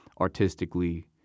artistically